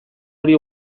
hori